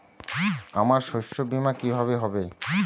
আমার শস্য বীমা কিভাবে হবে?